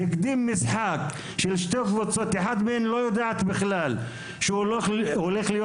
הקדים משחק של שתי קבוצות כשאחת מהן לא יודעת בכלל שהשעה שונתה.